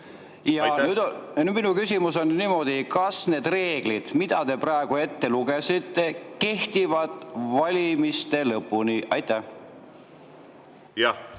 Ja nüüd on minu küsimus selline, et kas need reeglid, mille te praegu ette lugesite, kehtivad valimiste lõpuni? Ja